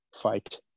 fight